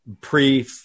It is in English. pre